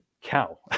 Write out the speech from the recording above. cow